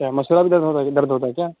یا مسوڑا بھی درد ہو رہا درد ہوتا ہے کیا